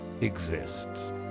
exists